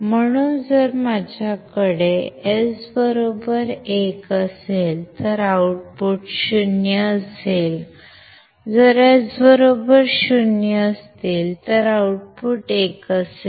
म्हणून जर माझ्याकडे S 1 असेल तर आउटपुट 0 असेल जरS 0 असेल तर आउटपुट 1 असेल